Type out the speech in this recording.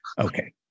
okay